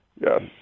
Yes